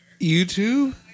YouTube